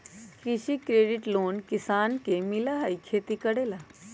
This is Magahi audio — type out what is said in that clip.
कृषि क्रेडिट लोन किसान के मिलहई खेती करेला?